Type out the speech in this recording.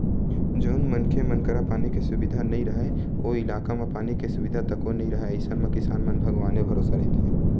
जउन मनखे मन करा पानी के सुबिधा नइ राहय ओ इलाका म पानी के सुबिधा तको नइ राहय अइसन म किसान मन भगवाने भरोसा रहिथे